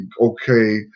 okay